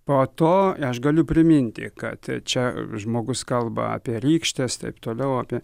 po to aš galiu priminti kad čia žmogus kalba apie rykštes taip toliau apie